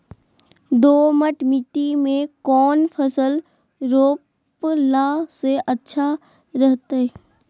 दोमट मिट्टी में कौन फसल रोपला से अच्छा रहतय?